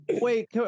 wait